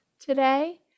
today